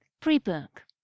Pre-book